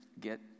get